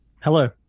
Hello